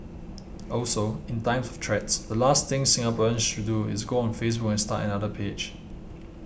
also in times threats the last thing Singaporeans should do is go on Facebook and start another page